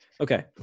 Okay